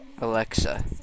Alexa